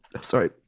sorry